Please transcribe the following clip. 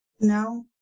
No